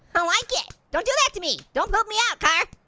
i don't like it. don't do that to me. don't poop me out, car.